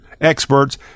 experts